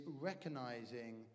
recognizing